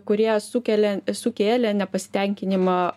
kurie sukelia sukėlė nepasitenkinimą